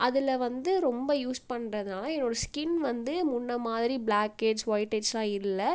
அதில் வந்து ரொம்ப யூஸ் பண்ணுறதுனால என்னோட ஸ்கின் வந்து முன்னேமாதிரி பிளாக்கேஜ் ஒய்ட்டேஜ்லாம் இல்லை